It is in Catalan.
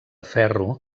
ferro